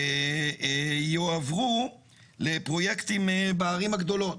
יועברו לפרויקטים בערים הגדולות.